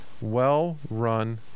well-run